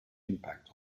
impact